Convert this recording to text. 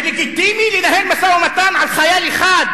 זה לגיטימי לנהל משא-ומתן על חייל אחד,